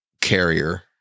carrier